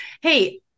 Hey